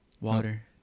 water